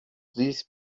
these